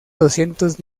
doscientos